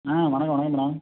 ம் வணக்கம் வணக்கம் மேடம்